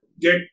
get